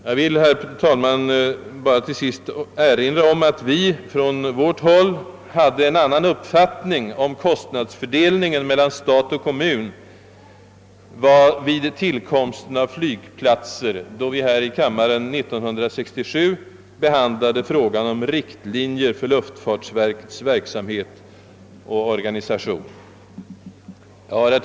Jag vill, herr talman, till sist bara erinra om att vi från vårt håll hade en annan uppfattning om kostnadsfördelningen mellan stat och kommun vid tillkomsten av flygplatser, då kammaren 1967 behandlade frågan om riktlinjer för luftfartsverkets verksamhet och organisation.